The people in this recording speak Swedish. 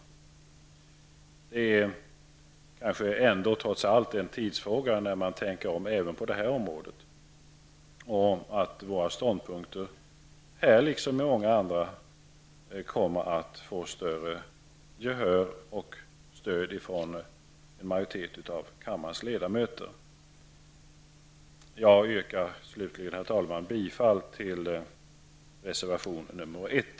Det är kanske ändå trots allt en tidsfråga innan man tänker om även på detta område och innan våra ståndpunkt här liksom på många andra områden får stöd från en majoritet av kammarens ledamöter. Herr talman! Slutligen yrkar jag bifall till reservation nr 1.